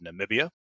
Namibia